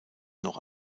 noch